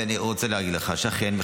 ואני רוצה להגיד לך שאכן,